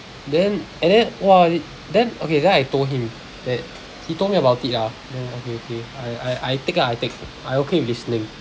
then and then !wah! then okay then I told him that he told me about it ah then okay okay I I I take ah I take I okay with listening